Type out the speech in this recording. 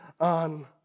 on